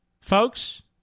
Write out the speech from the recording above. folks